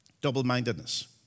Double-mindedness